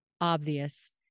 obvious